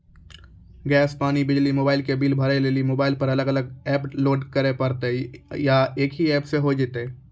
Gas, पानी, बिजली, mobile के बिल भरे लेली मोबाइल पर अलग अलग एप्प लोड करे परतै या एक ही एप्प से होय जेतै?